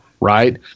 right